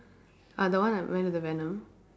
ah the one I went to the venom